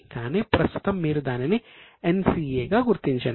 కానీ ప్రస్తుతం మీరు దానిని NCAగా గుర్తించండి